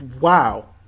Wow